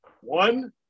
One